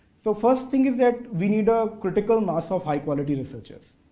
so, first thing is that we need a critical mass of high-quality researchers.